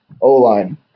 O-Line